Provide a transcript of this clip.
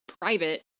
private